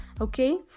okay